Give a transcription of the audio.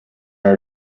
are